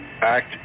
act